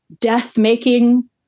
death-making